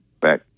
back